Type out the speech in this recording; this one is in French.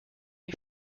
est